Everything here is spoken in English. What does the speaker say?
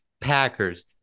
Packers